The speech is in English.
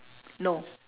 no